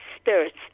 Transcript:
spirits